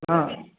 ಹಾಂ